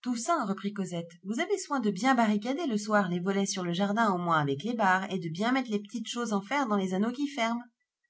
toussaint reprit cosette vous avez soin de bien barricader le soir les volets sur le jardin au moins avec les barres et de bien mettre les petites choses en fer dans les petits anneaux qui ferment